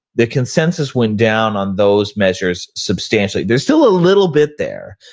the consensus went down on those measures substantially. there's still a little bit there,